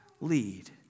lead